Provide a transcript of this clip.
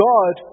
God